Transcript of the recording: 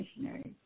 missionaries